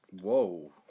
Whoa